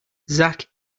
zak